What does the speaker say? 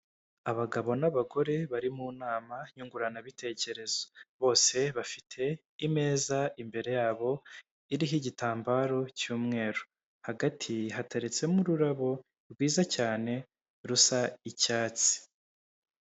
Abagabo n'abagore bari mu nama nyunguranabitekerezo. Bose bafite imeza imbere yabo, iriho igitambaro cy'umweru. Hagati hateretsemo ururabo rwiza cyane, rusa icyatsi.